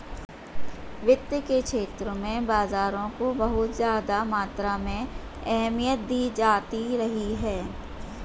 वित्त के क्षेत्र में बाजारों को बहुत ज्यादा मात्रा में अहमियत दी जाती रही है